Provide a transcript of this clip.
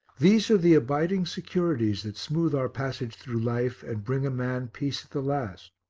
these are the abiding securities that smooth our passage through life and bring a man peace at the last,